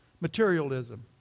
Materialism